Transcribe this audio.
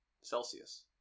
Celsius